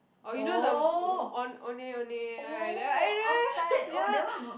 orh you know the on~ ondeh-ondeh right ya